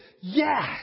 yes